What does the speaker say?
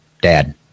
Dad